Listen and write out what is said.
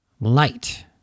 Light